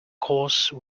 course